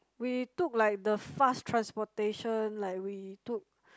we took like the fast transportation like we took